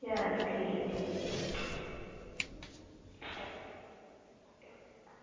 चलो ठीक ऐ ठीक ऐ भी